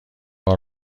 بار